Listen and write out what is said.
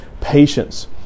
patience